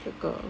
circle